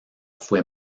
fue